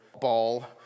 ball